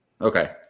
okay